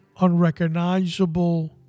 unrecognizable